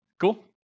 Cool